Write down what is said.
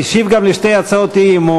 הוא השיב גם על שתי הצעות אי-אמון,